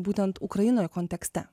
būtent ukrainoje kontekste